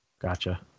Gotcha